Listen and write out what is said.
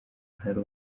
ntari